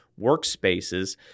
workspaces